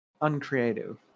uncreative